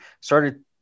started